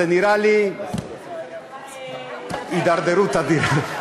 זו נראית לי התדרדרות אדירה.